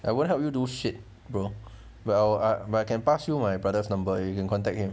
I won't help you do shit bro well ah but I can help pass you my brother's number you can contact him